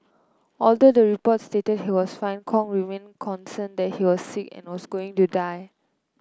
although the report stated he was fine Kong remained concerned that he was sick and was going to die